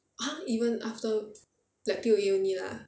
ah even after like P_O_A only lah